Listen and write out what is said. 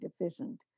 deficient